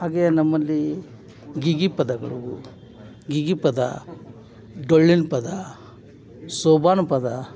ಹಾಗೇ ನಮ್ಮಲ್ಲಿ ಗೀಗಿ ಪದಗಳು ಗೀಗಿ ಪದ ಡೊಳ್ಳಿನ ಪದ ಶೋಭಾನ ಪದ